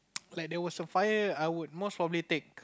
like there was a fire I would most probably take